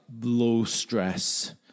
low-stress